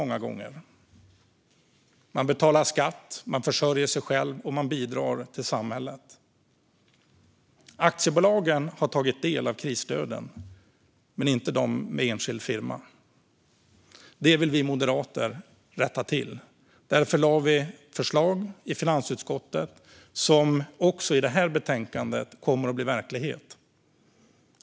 Man betalar skatt, man försörjer sig själv och man bidrar till samhället. De som har aktiebolag har tagit del av krisstöden, men det har inte de med enskild firma. Det vill vi moderater rätta till. Därför lade vi fram förslag i finansutskottet som kommer att bli verklighet i och med förslaget i det här betänkandet.